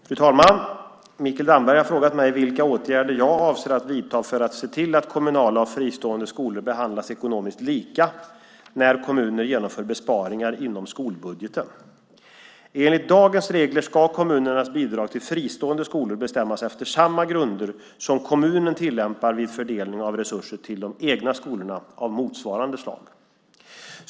Fru talman! Mikael Damberg har frågat mig vilka åtgärder jag avser att vidta för att se till att kommunala och fristående skolor behandlas ekonomiskt lika när kommuner genomför besparingar inom skolbudgeten. Enligt dagens regler ska kommunernas bidrag till fristående skolor bestämmas efter samma grunder som kommunen tillämpar vid fördelning av resurser till de egna skolorna av motsvarande slag.